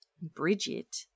Bridget